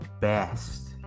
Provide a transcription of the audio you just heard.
best